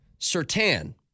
Sertan